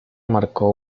marcó